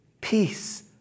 peace